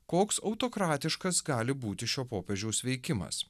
koks autokratiškas gali būti šio popiežiaus veikimas